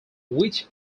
which